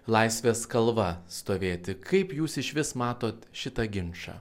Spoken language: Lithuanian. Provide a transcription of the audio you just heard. laisvės kalva stovėti kaip jūs išvis matot šitą ginčą